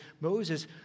Moses